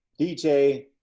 dj